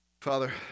Father